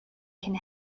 can